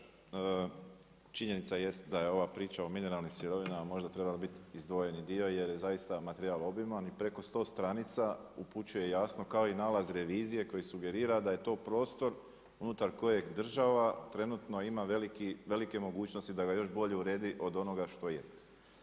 Kolegice Taritaš, činjenica jest da je ova priča o mineralnim sirovinama možda trebala bit izdvojeni dio jer je zaista materijal obiman i preko 100 stranica upućuje jasno kao i nalaz revizije koji sugerira da je to prostor unutar kojeg država trenutno ima veliki, velike mogućnosti da ga još bolje uredi od onoga što jest.